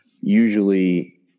usually